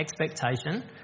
expectation